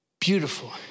beautiful